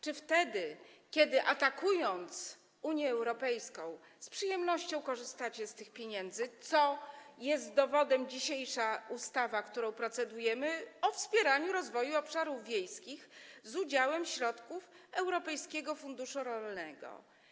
Czy wtedy, kiedy atakując Unię Europejską, z przyjemnością korzystacie z tych pieniędzy, dowodem jest ustawa, którą dzisiaj procedujemy, o wspieraniu rozwoju obszarów wiejskich z udziałem środków Europejskiego Funduszu Rolnego?